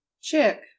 Chick